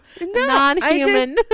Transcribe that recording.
non-human